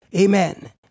Amen